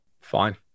Fine